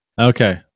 Okay